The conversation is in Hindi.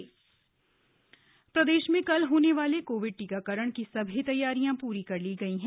कोविड टीकाकरण प्रदेश में कल होने वाले कोविड टीकाकरण की सभी तैयारियां प्री कर ली गई हैं